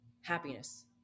happiness